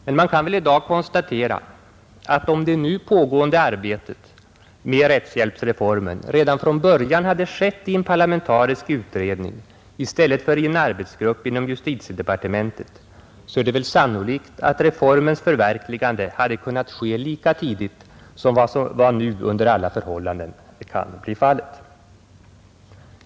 Men man kan väl i dag konstatera att om det nu pågående arbetet med rättshjälpsreformen redan från början hade skett i en parlamentarisk utredning i stället för i en arbetsgrupp inom justitiedepartementet så är det sannolikt att reformen hade kunnat förverkligas lika tidigt som vad nu under alla förhållanden kan bli fallet.